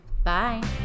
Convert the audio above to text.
Bye